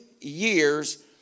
years